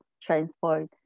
transport